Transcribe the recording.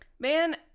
Man